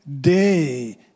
day